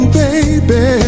baby